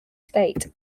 state